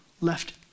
left